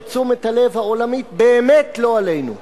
שתשומת הלב העולמית באמת לא עלינו,